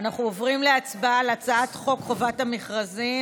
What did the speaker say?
אנחנו עוברים להצבעה על הצעת חוק חובת המכרזים.